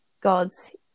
Gods